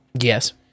Yes